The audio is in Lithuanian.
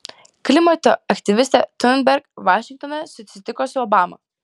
klimato aktyvistė thunberg vašingtone susitiko su obama